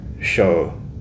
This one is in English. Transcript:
show